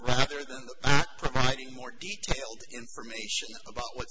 after the providing more detailed information about what